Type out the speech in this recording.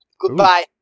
Goodbye